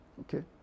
Okay